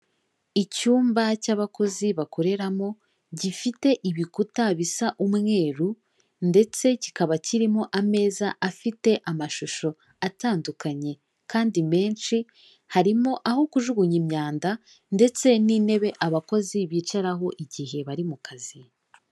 Icyumba cy'abakozi bakoreramo gifite ibikuta bisa umweru ndetse kikaba kirimo ameza afite amashusho atandukanye kandi menshi, harimo aho kujugunya imyanda ndetse n'intebe abakozi bicaraho igihe bari mu kazi.